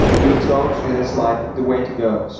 we told it is like the way to go.